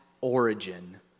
origin